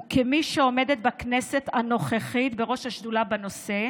וכמי שעומדת בכנסת הנוכחית בראש השדולה בנושא,